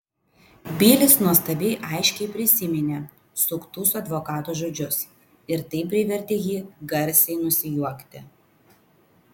bilis nuostabiai aiškiai prisiminė suktus advokato žodžius ir tai privertė jį garsiai nusijuokti